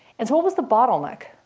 and so what was the bottleneck?